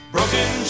Broken